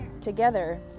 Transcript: together